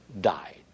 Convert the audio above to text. died